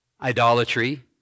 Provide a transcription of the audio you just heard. idolatry